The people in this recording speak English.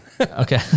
Okay